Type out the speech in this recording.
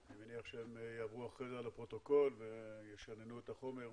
אני מניח שהם יעברו אחרי זה על הפרוטוקול וישננו את החומר.